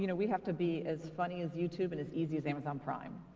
you know we have to be as funny as youtube and as easy as amazon prime,